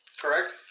Correct